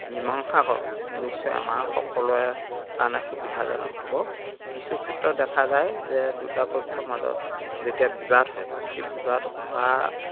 মীমাংসা কৰোঁ নিশ্চয় আমাৰ সকলোৰে কাৰণে সুবিধাজনক হ'ব কিছু ক্ষেত্ৰত দেখা যায় যে দুটা পক্ষৰ মাজত যেতিয়া বিবাদ হয় সেই বিবাদ অহাত